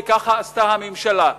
וככה עשתה הממשלה,